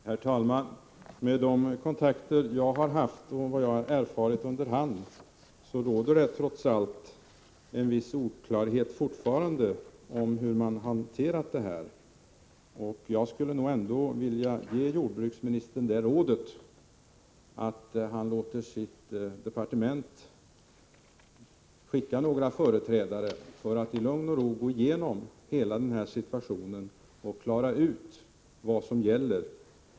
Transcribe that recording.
Herr talman! Enligt de kontakter jag har haft och enligt vad jag har erfarit under hand råder det trots allt fortfarande en viss oklarhet om hur man hanterat detta. Jag skulle vilja ge jordbruksministern rådet att han låter sitt departement skicka några företrädare för att i lugn och ro gå igenom hela den här situationen och klara ut vad som gäller.